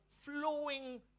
flowing